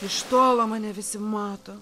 iš tolo mane visi mato